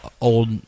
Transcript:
old